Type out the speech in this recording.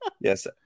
Yes